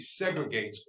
segregates